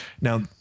Now